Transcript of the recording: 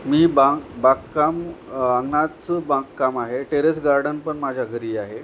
मी बां बागकाम अंगणाच बांगकाम आहे टेरेस गार्डन पण माझ्या घरी आहे